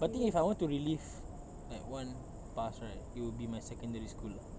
I think if I want to relive like one past right it'll be my secondary school lah